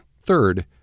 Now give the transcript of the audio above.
Third